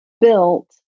built